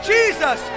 Jesus